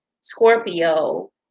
Scorpio